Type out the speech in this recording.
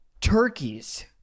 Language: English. turkeys